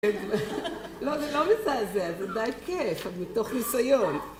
לא, זה לא מזעזע, זה די כיף, מתוך ניסיון